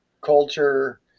culture